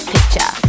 Picture